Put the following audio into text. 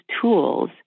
tools